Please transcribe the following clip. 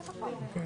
שם.